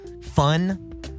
Fun